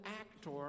actor